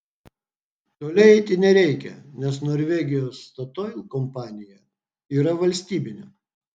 toli eiti nereikia nes norvegijos statoil kompanija yra valstybinė